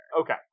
Okay